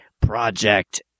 Project